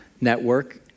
network